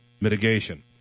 mitigation